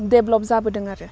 develop जाफैदों आरो